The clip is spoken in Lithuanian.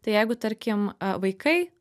tai jeigu tarkim vaikai